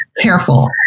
careful